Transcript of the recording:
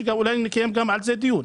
שאולי נקיים גם עליהם דיון: